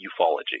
ufology